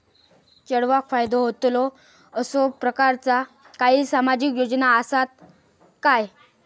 चेडवाक फायदो होतलो असो प्रकारचा काही सामाजिक योजना असात काय?